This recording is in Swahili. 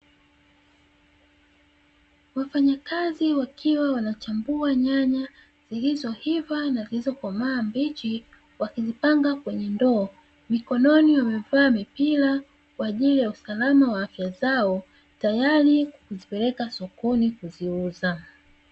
Wafanyakazi wakiwa wanachambua nyanya zilizoiva na zilizokomaa mbichi, wakulima ga kwenye ndoo mikononi wamevaa mipira kwa ajili ya usalama wa afya zao tayari kukupeleka sokoni kuziuza.